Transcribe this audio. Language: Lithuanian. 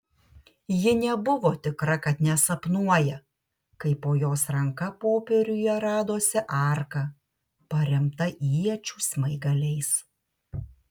ji nebuvo tikra kad nesapnuoja kai po jos ranka popieriuje radosi arka paremta iečių smaigaliais